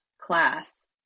class